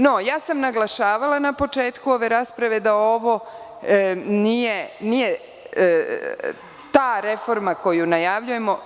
No, naglašavala sam na početku ove rasprave da ovo nije ta reforma koju najavljujemo.